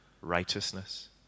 righteousness